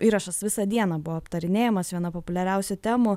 įrašas visą dieną buvo aptarinėjamas viena populiariausių temų